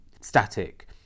static